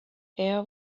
air